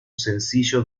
sencillo